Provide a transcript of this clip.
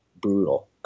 brutal